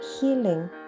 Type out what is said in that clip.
healing